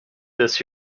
this